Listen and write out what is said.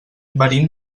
venim